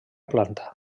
planta